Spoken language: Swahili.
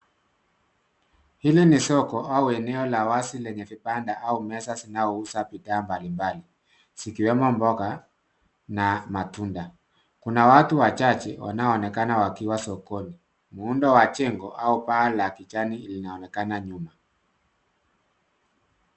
Hili ni soko au eneo la wzi lenye vibanda au meza zinayouza bidhaa mbalimbali zikiwemo mboga na matunda. Kuna watu wachache wanaoonekana wakiwa sokoni. Muundo wa jengo au paa la kijanai linaonekana nyuma.